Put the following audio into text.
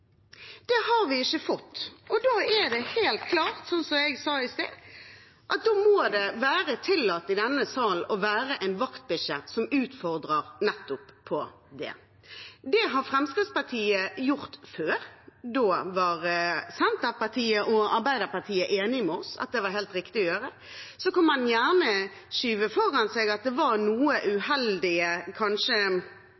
har vi ikke fått, og da er det helt klart – slik jeg sa i sted – at det i denne salen må være tillatt å være en vaktbikkje som utfordrer nettopp på det. Det har Fremskrittspartiet gjort før. Da var Senterpartiet og Arbeiderpartiet enig med oss i at det var det helt riktig å gjøre. Så kan man gjerne skyve foran seg at det kanskje var